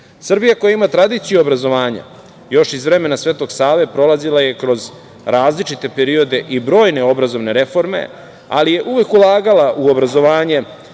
koja ima tradiciju obrazovanja, još iz vremena Svetog Save prolazila je kroz različite periode i brojne obrazovne reforme, ali je uvek ulagala u obrazovanje,